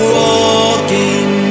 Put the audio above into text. walking